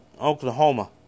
Oklahoma